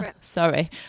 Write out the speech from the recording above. sorry